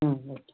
ம் ஓகே